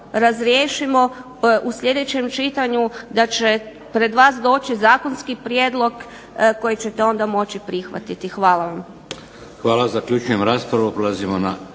razriješimo u sljedećem čitanju, da će pred vas doći zakonski prijedlog koji ćete onda moći prihvatiti. Hvala vam.